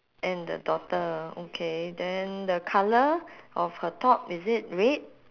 and the daughter okay then the colour of her top is it red